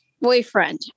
boyfriend